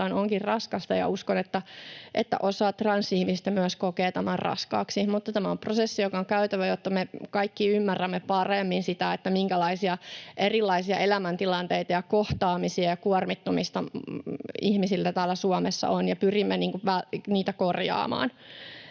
onkin raskasta, ja uskon, että osa transihmistä myös kokee tämän raskaaksi. Mutta tämä on prosessi, joka on käytävä, jotta me kaikki ymmärrämme paremmin sitä, minkälaisia erilaisia elämäntilanteita ja kohtaamisia ja kuormittumista ihmisillä täällä Suomessa on, ja pyrimme niitä korjaamaan.